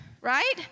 right